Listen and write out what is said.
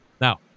Now